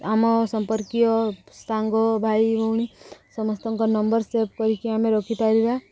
ଆମ ସମ୍ପର୍କୀୟ ସାଙ୍ଗ ଭାଇ ଭଉଣୀ ସମସ୍ତଙ୍କ ନମ୍ବର ସେଭ୍ କରିକି ଆମେ ରଖିପାରିବା